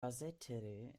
basseterre